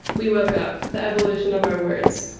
we woke up the evolution of our words,